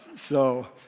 so,